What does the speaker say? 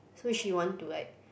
so she want to like